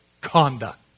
conduct